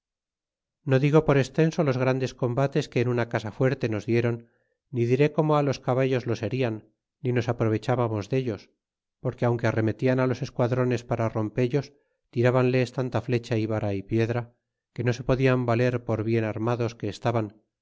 no digo por extenso los grandes combates que en una casa fuerte nos diéron ni diré como fi los caballos los herian ni nos aprovechábamos dellos porque aunque arremetian á los esquadrones para rompellos tirabanles tanta flecha y vara y piedra que no se podian valer por bien armados que estaban